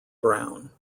brown